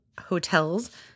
hotels